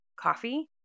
coffee